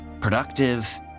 Productive